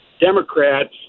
Democrats